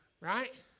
Right